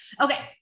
okay